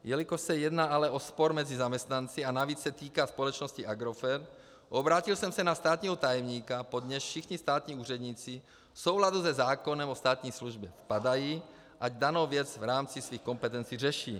Jelikož se jedná ale o spor mezi zaměstnanci a navíc se týká společnosti Agrofert, obrátil jsem se na státního tajemníka, pod nějž všichni státní úředníci v souladu se zákonem o státní službě spadají, ať danou věc v rámci svých kompetencí řeší.